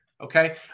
Okay